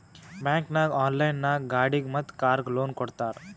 bank ನಾಗ್ online ನಾಗ್ ಗಾಡಿಗ್ ಮತ್ ಕಾರ್ಗ್ ಲೋನ್ ಕೊಡ್ತಾರ್